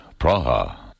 Praha